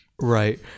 right